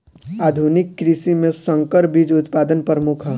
आधुनिक कृषि में संकर बीज उत्पादन प्रमुख ह